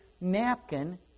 napkin